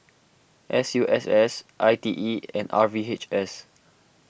S U S S I T E and R V H S